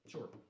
Sure